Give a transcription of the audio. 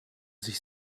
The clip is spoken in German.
sich